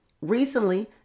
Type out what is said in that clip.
recently